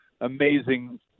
amazing